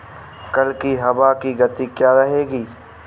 कल की हवा की गति क्या रहेगी?